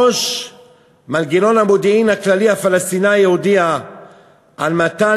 ראש מנגנון המודיעין הכללי הפלסטיני הודיע על מתן